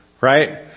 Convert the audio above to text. right